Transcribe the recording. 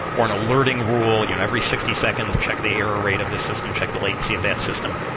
or an alerting rule. you know every sixty seconds, check the error rate of this system. check the latency of that system.